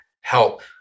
help